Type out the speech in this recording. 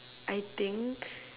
I think